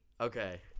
Okay